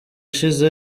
ishize